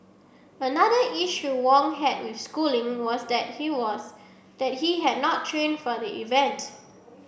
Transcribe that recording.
another issue Wong had with Schooling was that he was that he had not trained for the event